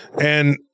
and-